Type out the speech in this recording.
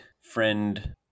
friend